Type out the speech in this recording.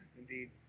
Indeed